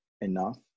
enough